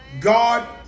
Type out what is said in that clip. God